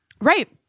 Right